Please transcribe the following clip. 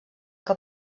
que